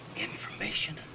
Information